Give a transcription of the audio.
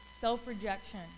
self-rejection